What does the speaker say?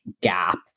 gap